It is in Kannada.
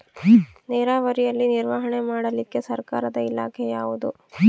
ನೇರಾವರಿಯಲ್ಲಿ ನಿರ್ವಹಣೆ ಮಾಡಲಿಕ್ಕೆ ಸರ್ಕಾರದ ಇಲಾಖೆ ಯಾವುದು?